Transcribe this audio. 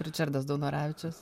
ričardas daunoravičius